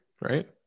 right